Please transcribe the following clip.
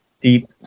deep